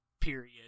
period